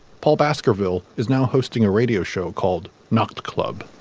paul baskerville is now hosting a radio show called not club.